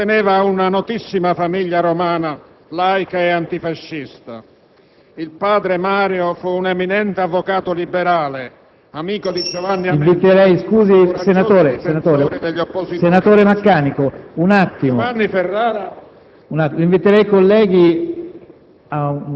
apparteneva ad una notissima famiglia romana, laica e antifascista. Il padre Mario fu un eminente avvocato liberale, amico di Giovanni Amendola.